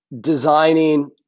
designing